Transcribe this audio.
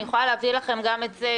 אני יכולה להביא לכם גם את זה,